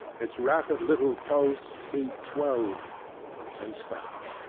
its rapid little pulse beat twelve and stopped.